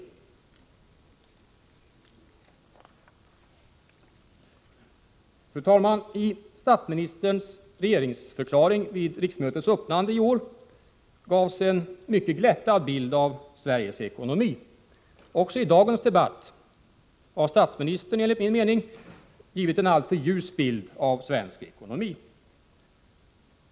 Fru talman! I statsministerns regeringsförklaring vid riksmötets öppnande i år gavs en mycket glättad bild av Sveriges ekonomi. Även i dagens debatt har statsministern, enligt min mening, gett en alltför ljus bild av svensk ekonomi.